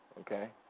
okay